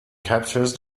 captures